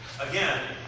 Again